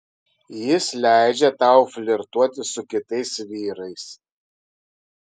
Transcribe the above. jis leidžia tau flirtuoti su kitais vyrais